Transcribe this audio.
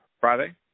Friday